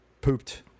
Pooped